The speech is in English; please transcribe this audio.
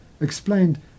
explained